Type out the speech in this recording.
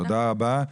תודה רבה.